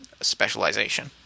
specialization